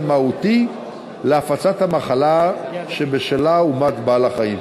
מהותי להפצת המחלה שבשלה הומת בעל-החיים.